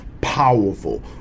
powerful